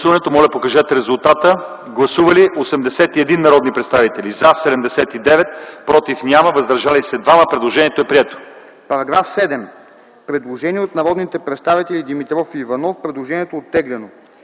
По § 28 има предложение от народните представители Димитров и Иванов. Предложението е оттеглено.